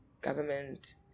government